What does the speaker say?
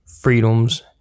freedoms